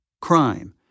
Crime